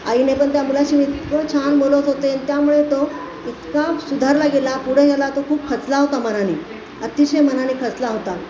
आईने पण त्या मुलाशी इतकं छान बोलत होते आणि त्यामुळे तो इतका सुधारला गेला पुढे गेला तो खूप खचला होता मनाने अतिशय मनाने खचला होता